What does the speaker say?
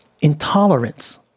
intolerance